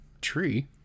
tree